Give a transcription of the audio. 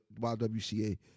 YWCA